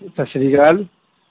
ਸਤਿ ਸ਼੍ਰੀ ਅਕਾਲ